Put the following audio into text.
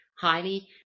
highly